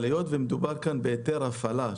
אבל היות ומדובר בהיתר הפעלה,